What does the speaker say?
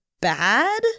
bad